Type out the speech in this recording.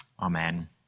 Amen